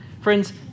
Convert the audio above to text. Friends